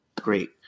great